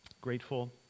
Grateful